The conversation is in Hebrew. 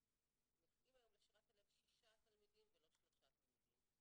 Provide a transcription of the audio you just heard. שנוסעים היום ל"שירת הלב" שישה תלמידים ולא שלושה תלמידים,